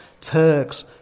Turks